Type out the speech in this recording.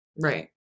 Right